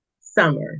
summer